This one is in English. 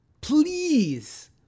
please